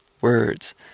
words